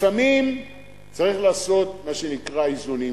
לפעמים צריך לעשות מה שנקרא איזונים.